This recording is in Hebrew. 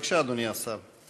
בבקשה, אדוני השר.